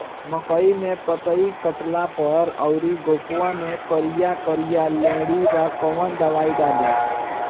मकई में पतयी कटल बा अउरी गोफवा मैं करिया करिया लेढ़ी बा कवन दवाई डाली?